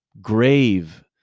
grave